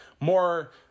more